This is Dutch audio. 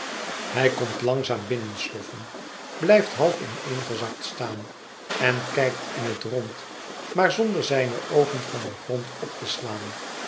hij komt langzaam binnensloffen blijft half ineengezakt staan en kijkt in het rond maar zonder zijne oogen van den grond op te slaan